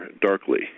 darkly